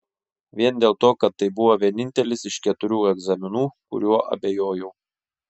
vien dėl to kad tai buvo vienintelis iš keturių egzaminų kuriuo abejojau